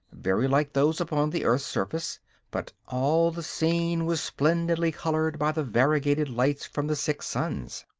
very like those upon the earth's surface but all the scene was splendidly colored by the variegated lights from the six suns.